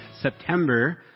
September